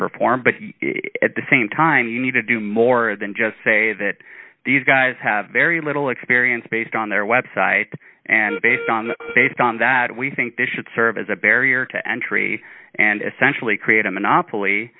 perform but at the same time you need to do more than just say that these guys have very little experience based on their website and based on that based on that we think this should serve as a barrier to entry and essentially create a monopoly